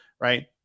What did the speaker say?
right